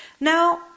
Now